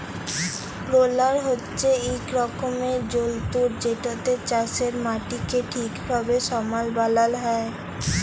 roller হছে ইক রকমের যল্তর যেটতে চাষের মাটিকে ঠিকভাবে সমাল বালাল হ্যয়